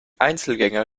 einzelgänger